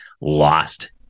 lost